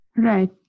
Right